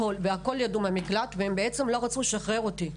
הכול ידעו במקלט, ובעצם הם לא רצו לשחרר אותי.